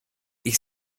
ich